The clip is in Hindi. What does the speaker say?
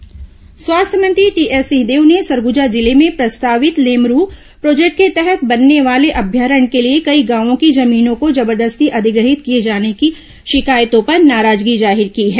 सिंहदेव लेमरू प्रोजेक्ट स्वास्थ्य मंत्री टीएस सिंहदेव ने सरगुजा जिले में प्रस्तावित लेमरू प्रोजेक्ट के तहत बनने वाले अभयारण्य के लिए कई गांवों की जमीनों को जबरदस्ती अधिग्रहित किए जाने की शिकायतों पर नाराजगी जाहिर की है